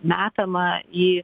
metama į